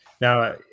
Now